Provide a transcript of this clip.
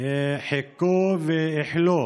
חיכו וייחלו